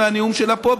מהנאום שלה פה,